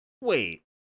Wait